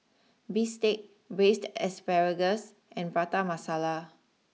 Bistake Braised Asparagus and Prata Masala